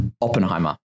Oppenheimer